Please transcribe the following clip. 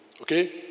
Okay